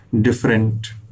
different